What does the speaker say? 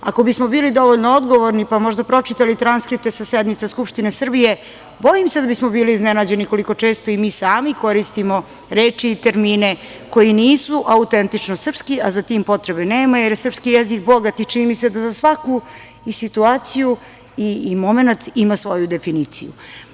Ako bismo bili dovoljno odgovorni, pa možda pročitali transkripte sa sednice Skupštine Srbije, bojim se da bi bili iznenađeni koliko često i mi sami koristimo reči i termine koji nisu autentično srpski, a za tim potrebe nema, jer je srpski jezik bogat i čini mi se da za svaku i situaciju i momenat ima svoju definiciju.